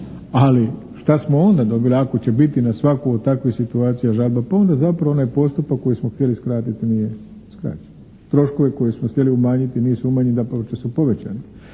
Ali šta smo onda dobili ako će biti na svaku od takve situacije žalba, pa onda zapravo onaj postupak koji smo htjeli skratiti nije skraćen. Troškove koje smo htjeli umanjiti, nisu umanjeni, dapače su povećani.